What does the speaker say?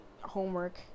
homework